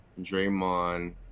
Draymond